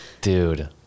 Dude